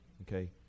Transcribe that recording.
Okay